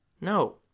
No